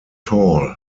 tall